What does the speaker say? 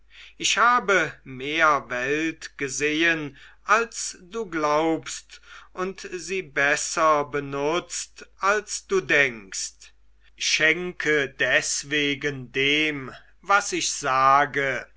ich habe mehr welt gesehen als du glaubst und sie besser benutzt als du denkst schenke deswegen dem was ich sage